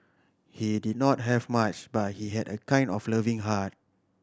he did not have much but he had a kind of loving heart